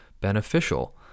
beneficial